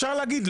אפשר להגיד,